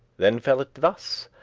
then fell it thus,